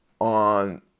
on